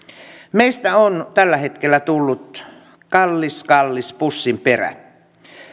meistä on tällä hetkellä tullut kallis kallis pussinperä